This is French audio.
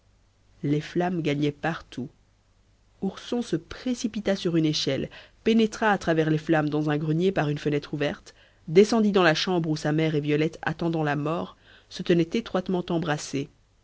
les flammes gagnaient partout ourson se précipita sur une échelle pénétra à travers les flammes dans un grenier par une fenêtre ouverte descendit dans la chambre où sa mère et violette attendant la mort se tenaient étroitement embrassées